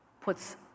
puts